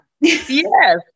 Yes